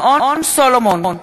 שמעון סולומון, מצביע אורי